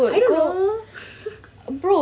I don't know